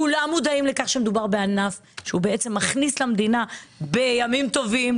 כולם מודעים לכך שמדובר בענף שמכניס למדינה בימים טובים,